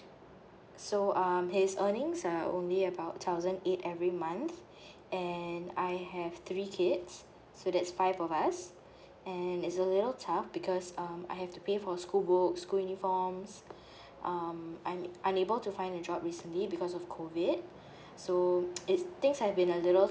so um his earnings are only about thousand eight every month and I have three kids so that's five of us and it's a little tough because um I have to pay for school books school uniforms um I'm unable to find a job recently because of COVID so it's things have been a little